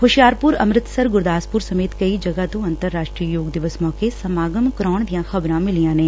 ਹੂਸ਼ਿਆਰਪੁਰ ਅੰਮ੍ਰਿਤਸਰ ਗਰੁਦਾਸਪੁਰ ਸਮੇਤ ਕਈ ਜਗ੍ਗਾ ਤੋਂ ਅੰਤਰਰਾਸ਼ਟਰੀ ਯੋਗ ਦਿਵਸ ਮੌਕੇ ਸਮਾਗਮ ਕਰਾਉਣ ਦੀਆਂ ਖਬਰਾਂ ਮਿਲੀਆਂ ਨੇ